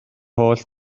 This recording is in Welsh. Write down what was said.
holl